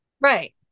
Right